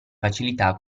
facilità